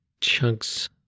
chunks